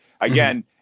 again